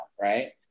Right